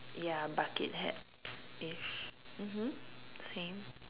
ya bucket hat eh sh~ mmhmm same